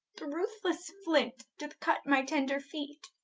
the ruthlesse flint doth cut my tender feet,